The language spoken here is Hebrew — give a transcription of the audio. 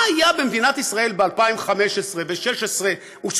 מה היה במדינת ישראל של 2015, 2016 ו-2017?